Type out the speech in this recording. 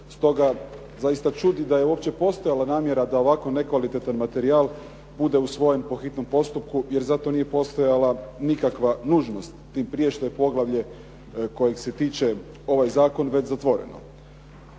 Stoga, zaista čudi da je uopće postojala namjera da ovako nekvalitetan materijal bude usvojen po hitnom postupku, jer za to nije postojala nikakva nužnost, tim prije što je poglavlje kojeg se tiče ovaj zakon već zatvoreno.